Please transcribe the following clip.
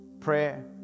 Prayer